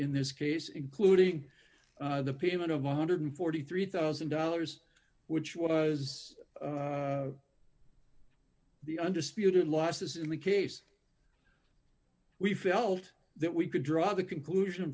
in this case including the pavement of one hundred and forty three thousand dollars which was the undisputed losses in the case we felt that we could draw the conclusion